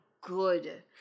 good